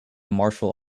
martial